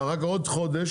ואחר כך עוד חודש?